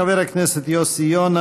חבר הכנסת יוסי יונה,